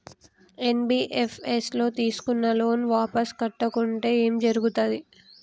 NBFS ల తీస్కున్న loan వాపస్ కట్టకుంటే ఏం జర్గుతది?